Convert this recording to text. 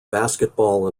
basketball